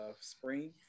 spring